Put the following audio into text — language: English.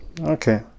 Okay